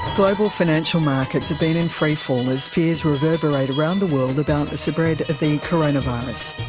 global financial markets have been in freefall as fears reverberate around the world about the spread of the coronavirus.